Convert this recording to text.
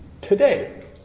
today